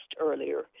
earlier